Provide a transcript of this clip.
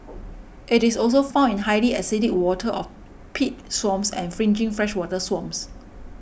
it is also found in highly acidic waters of peat swamps and fringing freshwater swamps